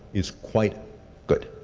is quite good.